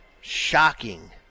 shocking